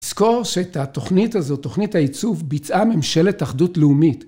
זכור שאת התוכנית הזאת, תוכנית הייצוב, ביצעה ממשלת אחדות לאומית.